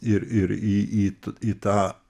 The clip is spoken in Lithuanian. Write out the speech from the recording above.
ir ir į į į tą